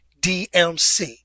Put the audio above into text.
DMC